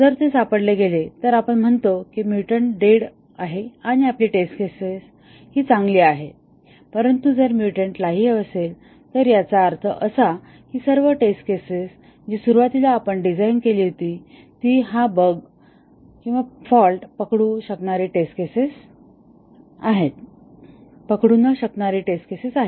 जर ते पकडले गेले तर आपण म्हणतो की म्युटंट डेड आहे आणि आपली टेस्ट केसेस चांगली आहेत परंतु जर म्युटंट लाईव्ह असेल तर याचा अर्थ असा की सर्व टेस्ट केसेस जी आपण सुरुवातीला डिझाइन केली होती ती हा बग पकडू न शकणारी टेस्ट केसेस आहेत